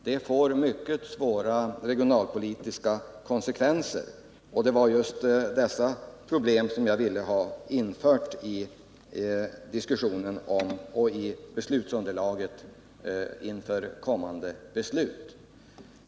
Detta får mycket svåra regionalpolitiska konsekvenser, och det var just dessa problem som jag ville få med i diskussionen och underlaget för kommande beslut.